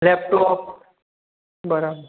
laptop બરાબર